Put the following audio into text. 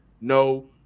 No